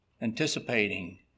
anticipating